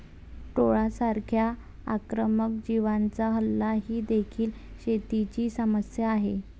टोळांसारख्या आक्रमक जीवांचा हल्ला ही देखील शेतीची समस्या आहे